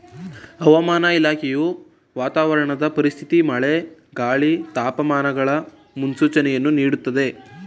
ಹವಾಮಾನ ಇಲಾಖೆಯು ವಾತಾವರಣದ ಪರಿಸ್ಥಿತಿ ಮಳೆ, ಗಾಳಿ, ತಾಪಮಾನಗಳ ಮುನ್ಸೂಚನೆಯನ್ನು ನೀಡ್ದತರೆ